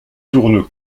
tournent